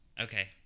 Okay